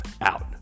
out